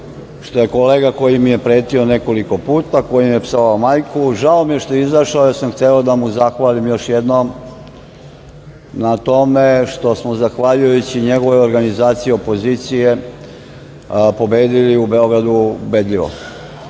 što je kolega koji mi je pretio nekoliko puta, koji mi je psovao majku izašao, jer sam hteo da mu zahvalim još jednom na tome što smo zahvaljujući njegovoj organizaciji opozicije pobedili u Beogradu ubedljivo.